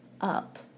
up